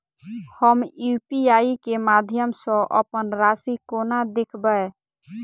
हम यु.पी.आई केँ माध्यम सँ अप्पन राशि कोना देखबै?